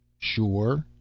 sure?